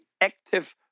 active